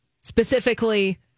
specifically